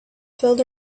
filled